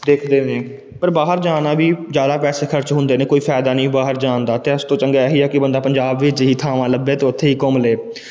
ਦੇਖਦੇ ਨੇ ਪਰ ਬਾਹਰ ਜਾਣਾ ਵੀ ਜ਼ਿਆਦਾ ਪੈਸੇ ਖਰਚ ਹੁੰਦੇ ਨੇ ਕੋਈ ਫਾਇਦਾ ਨਹੀਂ ਬਾਹਰ ਜਾਣ ਦਾ ਅਤੇ ਇਸ ਤੋਂ ਚੰਗਾ ਇਹੀ ਹੈ ਕਿ ਬੰਦਾ ਪੰਜਾਬ ਵਿੱਚ ਹੀ ਥਾਵਾਂ ਲੱਭੇ ਅਤੇ ਉੱਥੇ ਹੀ ਘੁੰਮ ਲਏ